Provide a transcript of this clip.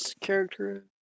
character